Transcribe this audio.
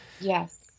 Yes